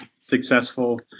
successful